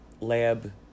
Lab